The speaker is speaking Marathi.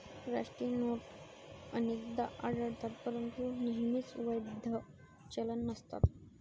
राष्ट्रीय नोट अनेकदा आढळतात परंतु नेहमीच वैध चलन नसतात